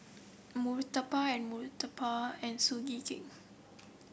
murtabak and murtabak and Sugee Cake